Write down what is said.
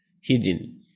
hidden